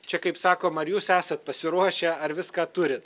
čia kaip sakoma ar jūs esat pasiruošę ar viską turit